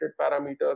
parameters